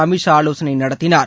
அமித் ஷா ஆலோசனை நடத்தினார்